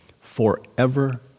forever